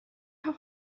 how